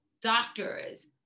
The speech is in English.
doctors